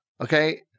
okay